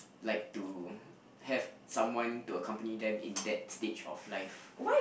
like to have someone to accompany them in that stage of life